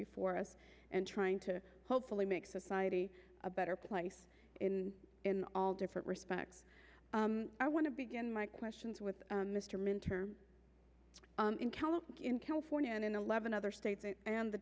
before us and trying to hopefully make society a better place in all different respects i want to begin my questions with mr minturn in calif in california and in eleven other states and the